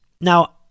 Now